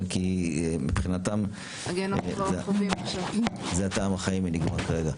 מבחינתם טעם החיים נגמר.